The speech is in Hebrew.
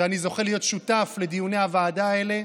ואני זוכה להיות שותף לדיוני הוועדה האלה.